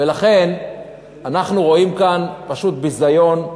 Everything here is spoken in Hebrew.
ולכן, אנחנו רואים כאן פשוט ביזיון,